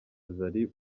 zari